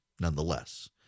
nonetheless